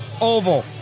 oval